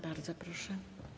Bardzo proszę.